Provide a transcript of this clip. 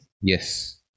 yes